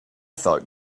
thought